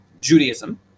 Judaism